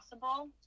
possible